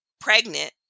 pregnant